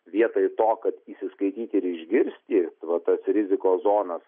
vietoj to kad įsiskaityti ir išgirsti va tas rizikos zonas